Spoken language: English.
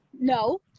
no